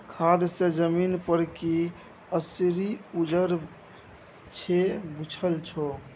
खाद सँ जमीन पर की असरि पड़य छै बुझल छौ